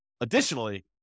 additionally